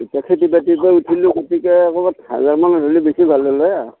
এতিয়া খেতি বাতি কৰি উঠিলোঁ গতিকে অকণমান হাজাৰ মানত হ'লে বেছি ভাল হ'ল হয় আৰ